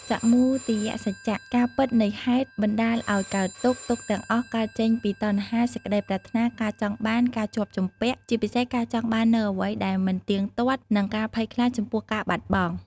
សមុទយសច្ចៈ ការពិតនៃហេតុបណ្តាលឲ្យកើតទុក្ខ ទុក្ខទាំងអស់កើតចេញពីតណ្ហា សេចក្តីប្រាថ្នា ការចង់បាន ការជាប់ជំពាក់ ជាពិសេសការចង់បាននូវអ្វីដែលមិនទៀងទាត់ និងការភ័យខ្លាចចំពោះការបាត់បង់។